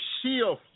shield